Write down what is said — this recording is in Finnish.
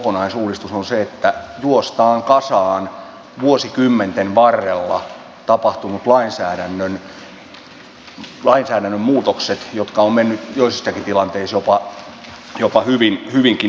kuntoutuslainsäädännön kokonaisuudistus on sitä että juostaan kasaan vuosikymmenten varrella tapahtuneet lainsäädännön muutokset jotka ovat menneet joissakin tilanteissa jopa hyvinkin eri suuntiin